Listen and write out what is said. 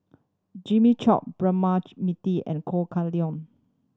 Jimmy Chok Braema Mathi and Ho Kah Leong